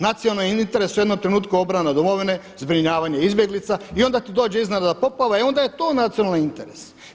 Nacionalni interes je u jednom trenutku obrana domovine, zbrinjavanje izbjeglica i onda ti dođe iznenadna poplava, e onda je to nacionalni interes.